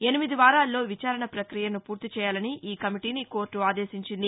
ఎనిమిది వారాల్లో విచారణ ప్రక్రియను పూర్తి చేయాలని ఈ కమిటీని కోర్టు ఆదేశించింది